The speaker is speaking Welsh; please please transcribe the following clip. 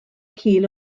cul